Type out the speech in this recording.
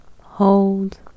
hold